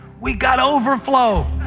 we've got overflow.